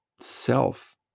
self